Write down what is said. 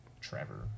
Trevor